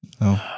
No